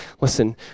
Listen